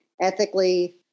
ethically